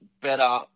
better